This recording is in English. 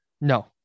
no